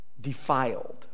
defiled